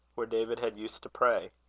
where david had used to pray.